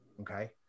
Okay